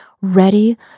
ready